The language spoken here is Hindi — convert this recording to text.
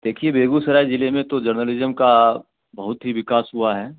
देखिए बेगूसराय ज़िले में तो जर्नलिज्म का बहुत ही विकास हुआ है